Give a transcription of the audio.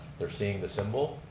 they're seeing the symbol.